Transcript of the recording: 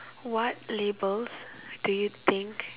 what labels do you think